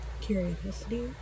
curiosity